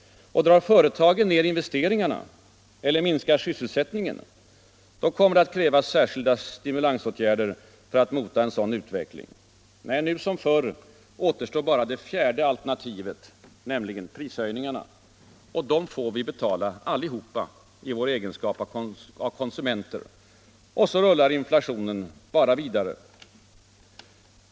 Och drar företagen ner investeringarna eller minskar sysselsättningen, då kommer det att krävas särskilda stimulansåtgärder för att mota en sådan utveckling. Nej, nu som förr återstår bara det fjärde alternativet, nämligen prishöjningarna. Och dem får vi alla betala i vår egenskap av konsumenter. Och så rullar inflationen bara vidare.